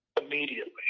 immediately